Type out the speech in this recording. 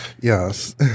Yes